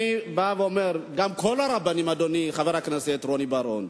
אני בא ואומר: אדוני חבר הכנסת רוני בר-און,